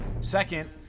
Second